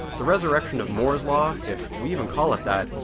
the resurrection of moore's law if we even call it that,